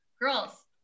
Girls